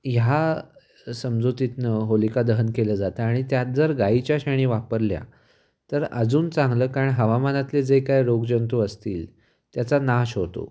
ह्या समजुतीतून होलिकादहन केलं जातं आणि त्यात जर गाईच्या शेणी वापरल्या तर अजून चांगलं कारण हवामानातले जे काय रोगजंतू असतील त्याचा नाश होतो